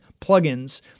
plugins